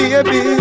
Baby